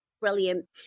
Brilliant